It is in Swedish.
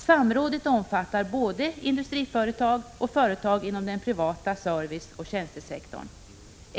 Samrådet omfattar både industriföretag och företag inom den privata serviceoch tjänstesektorn.